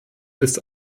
ist